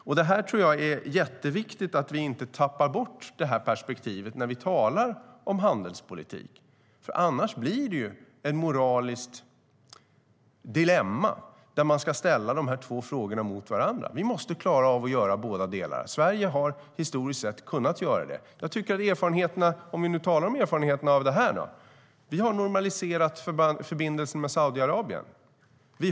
Jag tror att det är jätteviktigt att vi inte tappar bort det här perspektivet när vi talar om handelspolitik, för annars blir det ett moraliskt dilemma där man ska ställa dessa två frågor mot varandra. Vi måste klara av att göra båda delarna. Sverige har historiskt sett kunnat göra det, om vi nu talar om erfarenheterna av det här. Vi har normaliserat förbindelsen med Saudiarabien.